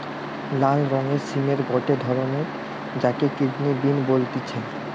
লাল রঙের সিমের গটে ধরণ যাকে কিডনি বিন বলতিছে